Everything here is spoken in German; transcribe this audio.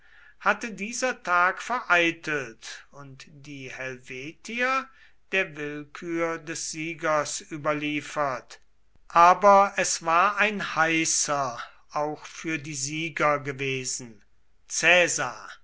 hatte dieser tag vereitelt und die helvetier der willkür des siegers überliefert aber es war ein heißer auch für die sieger gewesen